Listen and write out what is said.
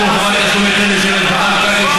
חובת תשלום היטל בשל השבחה במקרקעין של